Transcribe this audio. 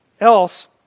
Else